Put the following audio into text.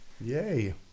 Yay